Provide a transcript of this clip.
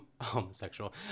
homosexual